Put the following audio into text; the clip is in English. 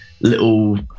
little